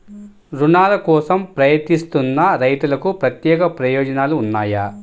రుణాల కోసం ప్రయత్నిస్తున్న రైతులకు ప్రత్యేక ప్రయోజనాలు ఉన్నాయా?